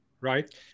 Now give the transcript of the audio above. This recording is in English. Right